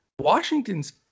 Washington's